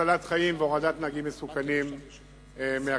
הצלת חיים והורדת נהגים מסוכנים מהכבישים.